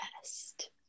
best